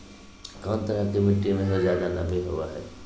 कौन तरह के मिट्टी में सबसे जादे नमी होबो हइ?